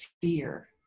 fear